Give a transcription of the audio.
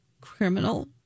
criminal